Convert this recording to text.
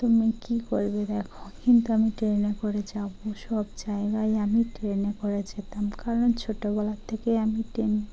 তুমি কী করবে দেখো কিন্তু আমি ট্রেনে করে যাবো সব জায়গায় আমি ট্রেনে করে যেতাম কারণ ছোটোবেলার থেকেই আমি ট্রেনে